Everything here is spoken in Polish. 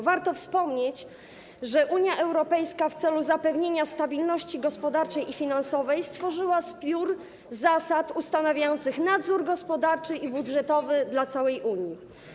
Warto wspomnieć, że Unia Europejska w celu zapewnienia stabilności gospodarczej i finansowej stworzyła zbiór zasad ustanawiających nadzór gospodarczy i budżetowy dla całej Unii.